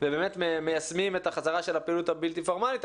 ובאמת מיישמים את החזרה של הפעילות הבלתי פורמלית,